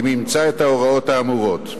אם אימצה את ההוראות האמורות.